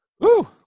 Woo